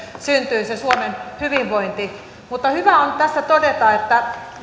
syntyy se suomen hyvinvointi hyvä on tässä todeta että